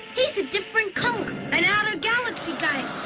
he's a different color. an outofgalaxy